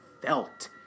felt